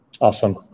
Awesome